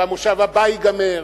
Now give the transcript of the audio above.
והמושב הבא ייגמר,